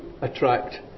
attract